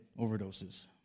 overdoses